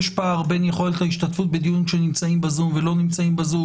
יש פער בין יכולת ההשתתפות בדיון כשנמצאים בזום ולא נמצאים בזום.